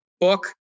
book